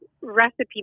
recipe